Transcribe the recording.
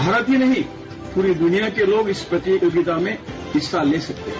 भारत ही नहीं पूरी दुनिया के लोग इस प्रतियोगिता में हिस्सा ले सकते हैं